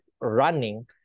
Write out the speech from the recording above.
running